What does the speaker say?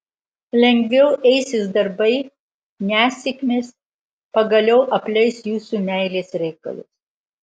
lengviau eisis darbai nesėkmės pagaliau apleis jūsų meilės reikalus